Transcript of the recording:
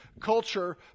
culture